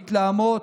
מתלהמות,